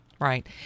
right